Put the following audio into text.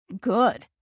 good